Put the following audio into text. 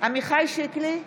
עמיחי שיקלי,